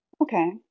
Okay